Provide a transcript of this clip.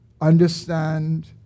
understand